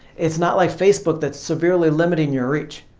it's not like facebook that's severely limiting yeah reach.